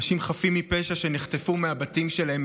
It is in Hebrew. אנשים חפים מפשע שנחטפו מהבתים שלהם,